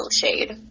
shade